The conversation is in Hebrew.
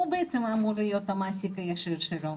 הוא בעצם אמור להיות המעסיק הישיר שלו.